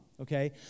okay